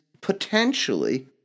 potentially